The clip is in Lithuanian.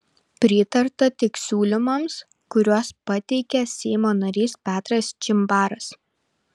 pritarta tik siūlymams kuriuos pateikė seimo narys petras čimbaras